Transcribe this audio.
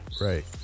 Right